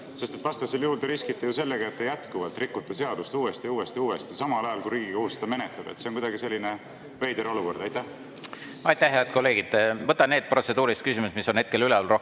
sest vastasel juhul te riskite ju sellega, et te jätkuvalt rikute seadust uuesti, uuesti, uuesti, samal ajal kui Riigikohus seda menetleb? See on kuidagi selline veider olukord. Aitäh! Head kolleegid! Võtan need protseduurilised küsimused, mis on hetkel üleval, rohkem